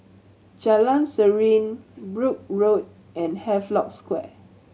Jalan Serene Brooke Road and Havelock Square